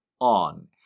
on